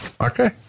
Okay